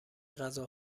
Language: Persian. غذا